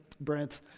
Brent